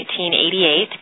1988